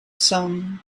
some